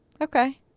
Okay